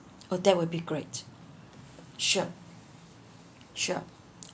oh that will be great sure sure